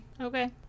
Okay